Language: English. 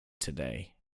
today